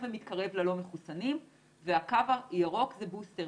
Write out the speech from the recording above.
ומתקרב ללא מחוסנים והקו הירוק זה הבוסטר.